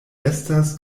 estas